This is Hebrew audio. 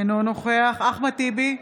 אינו נוכח אחמד טיבי,